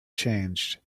changed